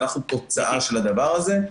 ואנחנו תוצאה של הדבר הזה.